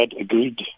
agreed